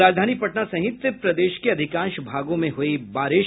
और राजधानी पटना सहित प्रदेश के अधिकांश भागों में हुई बारिश